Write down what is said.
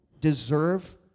deserve